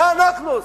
מה אנחנו עושים?